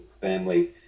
family